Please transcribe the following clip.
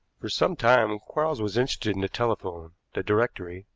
for some time quarles was interested in the telephone, the directory,